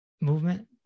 movement